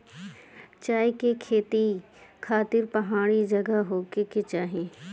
चाय के खेती खातिर पहाड़ी जगह होखे के चाही